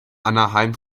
anaheim